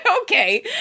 Okay